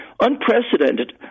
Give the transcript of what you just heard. unprecedented